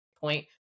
point